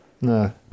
No